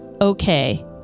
okay